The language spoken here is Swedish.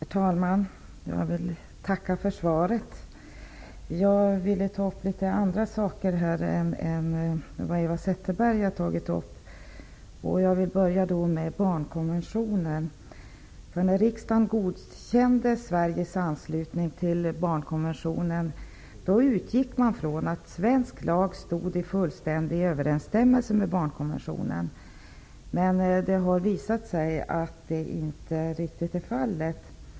Herr talman! Jag vill tacka för svaret. Jag vill ta upp några andra saker än vad Eva Zetterberg har gjort. Jag vill börja med barnkonventionen. När riksdagen godkände Sveriges anslutning till barnkonventionen utgick man från att svensk lag stod i fullständig överensstämmelse med barnkonventionen. Det har visat sig att det inte riktigt är fallet.